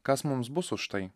kas mums bus už tai